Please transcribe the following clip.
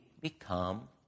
become